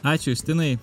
ačiū justinai